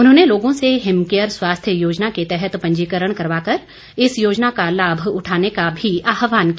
उन्होंने लोगों से हिमकेयर स्वास्थ्य योजना के तहत पंजीकरण करवाकर इस योजना का लाभ उठाने का भी आहवान किया